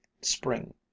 Spring